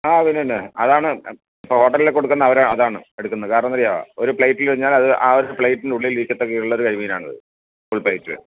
ആ അതിന് തന്നെ അതാണ് ഇപ്പം ഹോട്ടലിൽ കൊടുക്കുന്നത് അവർ അതാണ് എടുക്കുന്നത് കാരണം എന്താണെന്നറിയുമോ ഒരു പ്ലെയിറ്റിൽ പറഞ്ഞാൽ അത് ആ ഒരു പ്ലെയിറ്റിനുള്ളിൽ ഇരിക്കത്തക്ക ഉള്ളൊരു കരിമീനാണത് ഒരു പ്ലെയിറ്റിൽ